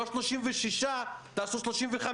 לא 36, תעשו 35,